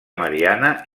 mariana